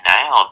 now